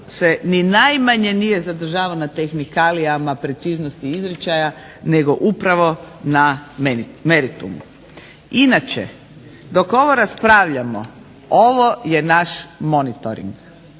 se ni najmanje nije zadržavao na tehnikalijama preciznosti izričaja nego upravo na meritumu. Inače dok ovo raspravljamo ovo je naš monitoring.